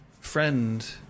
Friend